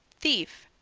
thief!